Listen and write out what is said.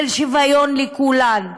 שוויון לכולן,